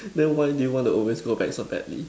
then why do you want to always go back so badly